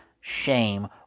shame